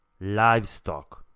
livestock